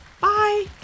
bye